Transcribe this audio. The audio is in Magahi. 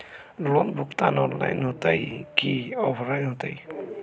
लोन भुगतान ऑनलाइन होतई कि ऑफलाइन होतई?